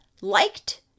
liked